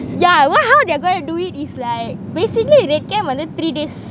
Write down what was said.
yeah what how they're going to do it is like basically red camp வந்து:vanthu three days